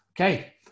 Okay